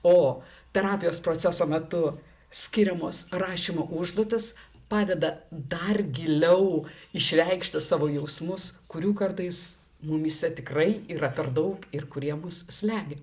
o terapijos proceso metu skiriamos rašymo užduotys padeda dar giliau išreikšti savo jausmus kurių kartais mumyse tikrai yra per daug ir kurie mus slegia